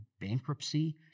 bankruptcy